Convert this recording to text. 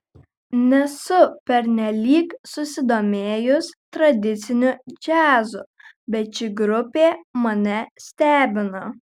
nesu pernelyg susidomėjus tradiciniu džiazu bet ši grupė mane stebina